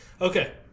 Okay